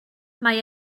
mae